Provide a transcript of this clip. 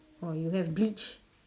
oh you have bleach